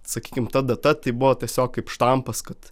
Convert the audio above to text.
sakykim ta data tai buvo tiesiog kaip štampas kad